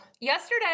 yesterday